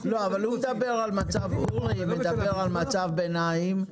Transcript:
אורי אתה מדבר על מצב ביניים,